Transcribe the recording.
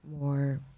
more